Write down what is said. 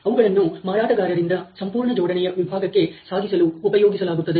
ಅವುಗಳನ್ನು ಮಾರಾಟಗಾರರಿಂದ ಸಂಪೂರ್ಣ ಜೋಡಣೆಯ ವಿಭಾಗಕ್ಕೆ ಸಾಗಿಸಲು ಉಪಯೋಗಿಸಲಾಗುತ್ತದೆ